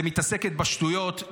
מתעסקת בשטויות.